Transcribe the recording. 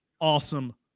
awesome